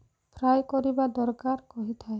fry କରିବା ଦରକାର କହିଥାଏ